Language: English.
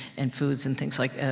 and foods, and things like,